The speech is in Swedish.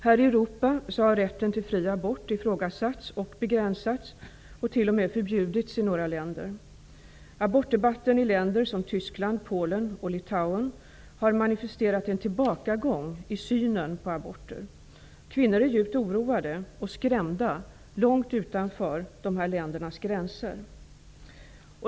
Här i Europa har rätten till fri abort ifrågasatts och begränsats, t.o.m. förbjudits i några länder. Abortdebatten i länder som Tyskland, Polen och Litauen har manifesterat en tillbakagång i synen på aborter. Kvinnor är djupt oroade och skrämda långt utanför de här ländernas gränser.